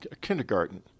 kindergarten